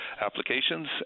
applications